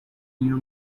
new